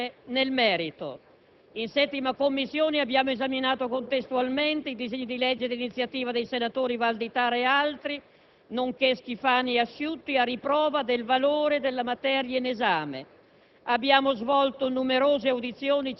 e modificato nella 7a Commissione nel merito. In 7a Commissione abbiamo esaminato contestualmente i disegni di legge di iniziativa dei senatori Valditara ed altri, nonché Schifani e Asciutti, a riprova del valore della materia in esame,